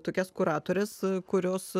tokias kuratores kurios